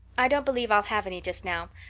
i don't believe i'll have any just now.